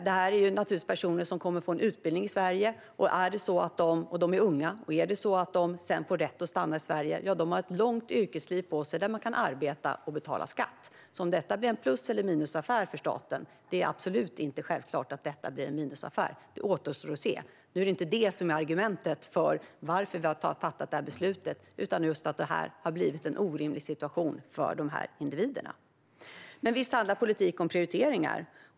Det är personer som kommer att få en utbildning i Sverige, och de är unga. Om det är så att de sedan får rätt att stanna i Sverige har de ett långt yrkesliv på sig där de kan arbeta och betala skatt. När det gäller frågan om det blir en plus eller minusaffär för staten är det absolut inte självklart att blir det blir en minusaffär. Det återstår att se. Nu är det inte argumentet för varför vi har fattat beslutet, utan det har blivit en orimlig situation för individerna. Visst handlar politik om prioriteringar.